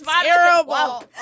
Terrible